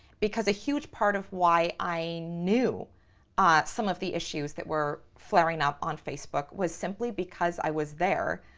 because a huge part of why i knew ah some of the issues that were flaring up on facebook was simply because i was there,